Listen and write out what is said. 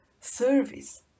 service